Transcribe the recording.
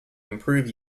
improve